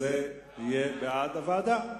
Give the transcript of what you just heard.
זה יהיה בעד הוועדה.